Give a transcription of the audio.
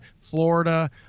florida